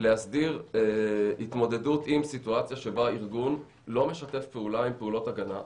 להסדיר התמודדות עם סיטואציה שבה ארגון לא משתף פעולה עם פעולות הגנה.